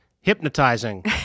hypnotizing